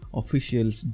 officials